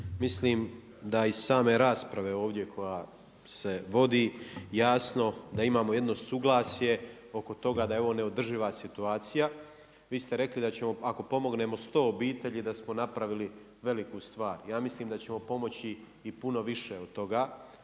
mislim da iz same rasprave ovdje koja se vodi jasno da imamo jedno suglasje oko toga da je ovo neodrživa situacija. Vi ste rekli da ćemo, ako pomognemo 100 obitelji, da smo napravili veliku stvar. Ja mislim da ćemo pomoći i puno više od toga.